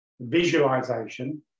Visualization